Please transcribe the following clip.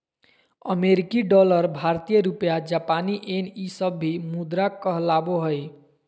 अमेरिकी डॉलर भारतीय रुपया जापानी येन ई सब भी मुद्रा कहलाबो हइ